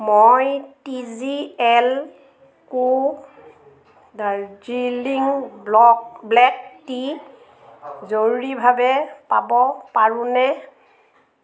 মই TGL co Darjeeling block black tea জৰুৰীভাৱে পাব পাৰোঁনে